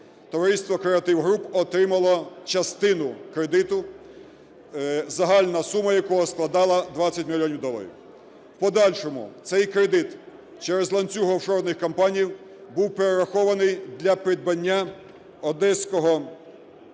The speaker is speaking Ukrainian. товариство "Креатив Груп" отримало частину кредиту, загальна сума якого складала 20 мільйонів доларів. В подальшому цей кредит через ланцюг офшорних компаній був перерахований для придбання одеського